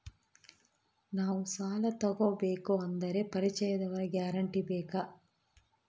ನಾವು ಸಾಲ ತೋಗಬೇಕು ಅಂದರೆ ಪರಿಚಯದವರ ಗ್ಯಾರಂಟಿ ಬೇಕಾ?